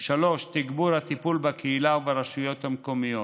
3. תגבור הטיפול בקהילה וברשויות המקומיות,